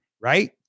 right